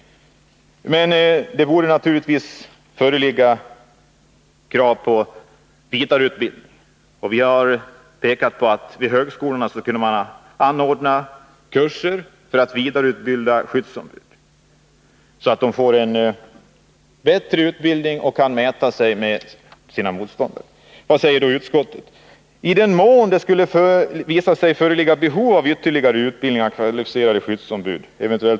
Men det borde naturligtvis föreligga krav på vidareutbildning. Vi har visat på att man vid högskolorna skulle kunna anordna kurser för att vidareutbilda skyddsombud, så att de kan mäta sig med sina motståndare. Vad säger då utskottet? ”I den mån det skulle visa sig föreligga behov av ytterligare utbildning av kvalificerade skyddsombud — ev.